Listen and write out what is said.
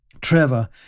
Trevor